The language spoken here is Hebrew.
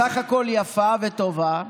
בסך הכול יפה וטובה,